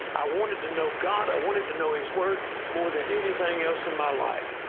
i wanted to know god. i wanted to know his word more than anything else in my life.